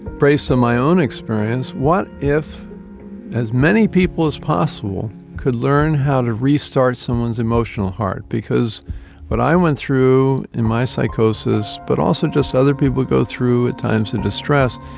based on my own experience, what if as many people as possible could learn how to restart someone's emotional heart, because what i went through in my psychosis but also just what other people go through at times of distress,